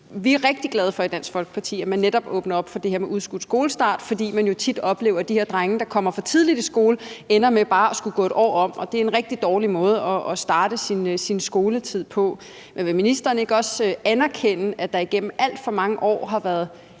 er vi rigtig glade for, at man netop åbner op for det her med udskudt skolestart, fordi man jo tit oplever, at de her drenge, der kommer for tidligt i skole, ender med bare at skulle gå et år om, og det er en rigtig dårlig måde at starte sin skoletid på. Men vil ministeren ikke også anerkende, at der igennem alt for mange år har været